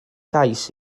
gais